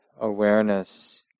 awareness